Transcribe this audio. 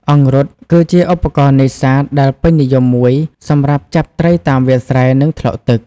អង្រុត គឺជាឧបករណ៍នេសាទដែលពេញនិយមមួយ សម្រាប់ចាប់ត្រីតាមវាលស្រែ និងថ្លុកទឹក។